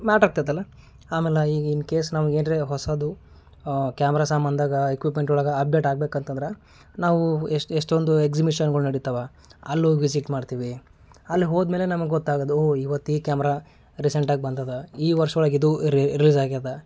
matter ಆಗ್ತೈತಲ್ಲ ಆಮೇಲೆ ಈಗ ಇನ್ ಕೇಸ್ ನಮ್ಗೆ ಏನ್ರಿ ಹೊಸದು ಕ್ಯಾಮ್ರ ಸಾಮಂದಾಗ ಇಕ್ವಿಪ್ಮೆಂಟ್ ಒಳ್ಗ ಅಪ್ಡೇಟ್ ಆಗ್ಬೇಕಂತಂದ್ರ ನಾವು ಎಷ್ಟು ಎಷ್ಟೊಂದು ಎಗ್ಝಿಮಿಷನ್ಗಳು ನಡಿತಾವ ಅಲ್ಲೋಗಿ ವಿಝಿಟ್ ಮಾಡ್ತೀವಿ ಅಲ್ಲಿ ಹೋದ್ಮೇಲೆ ನಮ್ಗ್ ಗೊತ್ತಾಗೊದು ಓ ಇವತ್ತು ಈ ಕ್ಯಾಮ್ರ ರೀಸೆಂಟಾಗಿ ಬಂದದ ಈ ವರ್ಷೊಳ್ಗ ಇದು ರಿಲಿಸಾಗ್ಯದ